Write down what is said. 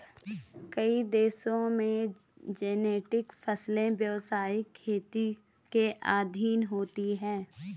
कई देशों में जेनेटिक फसलें व्यवसायिक खेती के अधीन होती हैं